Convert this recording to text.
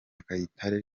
kayitare